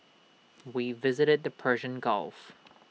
we visited the Persian gulf